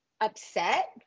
upset